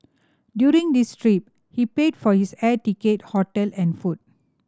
during his trip he paid for his air ticket hotel and food